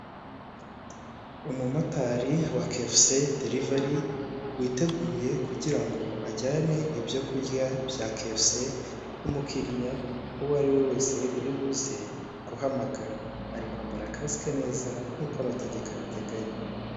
Umumotari wa kefuse derivari witeguye kugira ngo ajyane ibyo kurya bya kefuse ku mukiriya uwo ari we wese uribuzeze guhamagara, ari kwambara kasike neza nkuko amategeko abiteganya.